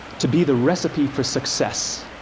to be the recipe for success.